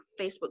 Facebook